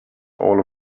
all